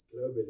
globally